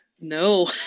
no